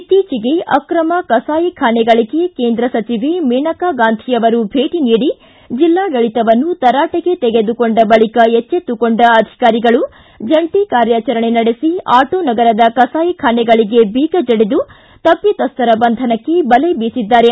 ಇತ್ತೀಚೆಗೆ ಅಕ್ರಮ ಕಸಾಯಿಖಾನೆಗಳಿಗೆ ಕೇಂದ್ರ ಸಚಿವೆ ಮೇನಕಾ ಗಾಂಧಿ ಅವರು ಭೇಟಿ ನೀಡಿ ಜಿಲ್ಲಾಡಳಿತವನ್ನು ತರಾಟೆಗೆ ತೆಗೆದುಕೊಂಡ ಬಳಿಕ ಎಚ್ಚಿತ್ತುಕೊಂಡ ಅಧಿಕಾರಿಗಳು ಜಂಟ ಕಾರ್ಯಾಚರಣೆ ನಡೆಸಿ ಆಟೋ ನಗರದ ಕಸಾಯಿಖಾನೆಗಳಿಗೆ ಬೀಗ ಜಡಿದು ತಪ್ಪಿತಸ್ಥರ ಬಂಧನಕ್ಕೆ ಬಲೆ ಬೀಸಿದ್ದಾರೆ